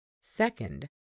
Second